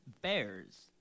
bears